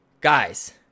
Guys